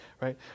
Right